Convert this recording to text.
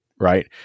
right